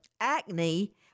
acne